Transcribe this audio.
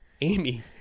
Amy